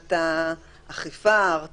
מבחינת האכיפה, ההרתעה.